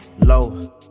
low